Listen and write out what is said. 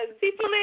people